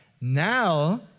Now